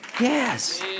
Yes